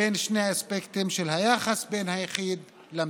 בין שני האספקטים של היחס בין היחיד למדינה: